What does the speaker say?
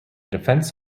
defence